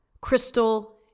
Crystal